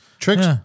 tricks